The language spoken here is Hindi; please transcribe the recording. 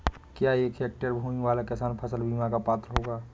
क्या एक हेक्टेयर भूमि वाला किसान फसल बीमा का पात्र होगा?